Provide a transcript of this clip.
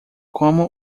como